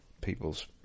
People's